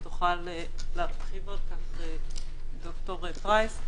ותוכל להרחיב על כך ד"ר פרייס,